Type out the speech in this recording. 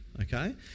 Okay